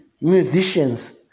Musicians